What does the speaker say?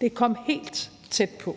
Det kom helt tæt på.